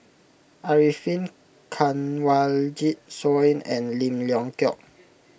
Arifin Kanwaljit Soin and Lim Leong Geok